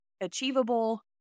achievable